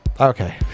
Okay